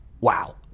Wow